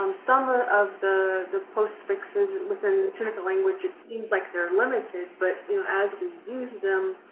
um some of the the post fixes within the tunica language it seems like they're limited but you know as we use them,